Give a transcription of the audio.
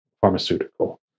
pharmaceutical